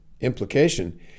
implication